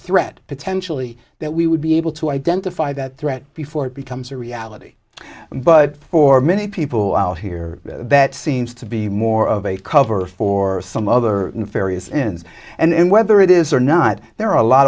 threat potentially that we would be able to identify that threat before it becomes a reality but for many people out here that seems to be more of a cover for some other nefarious ends and whether it is or not there are a lot